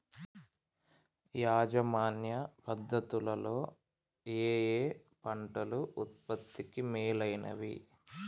యాజమాన్య పద్ధతు లలో ఏయే పంటలు ఉత్పత్తికి మేలైనవి?